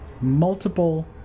multiple